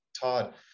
Todd